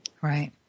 Right